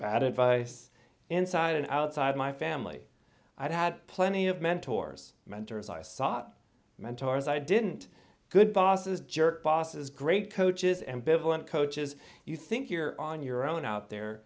bad advice inside and outside my family i've had plenty of mentors mentors i sought mentors i didn't good bosses jerk bosses great coaches ambivalent coaches you think you're on your own out there